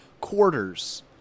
quarters